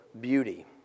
beauty